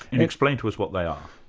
and explain to us what they are.